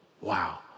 Wow